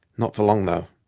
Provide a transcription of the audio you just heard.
not for long, though.